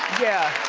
yeah.